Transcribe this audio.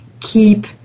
keep